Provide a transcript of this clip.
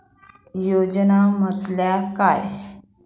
योजना म्हटल्या काय?